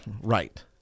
Right